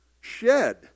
shed